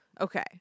Okay